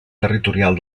territorial